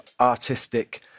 artistic